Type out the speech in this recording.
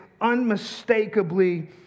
unmistakably